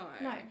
No